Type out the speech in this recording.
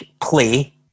play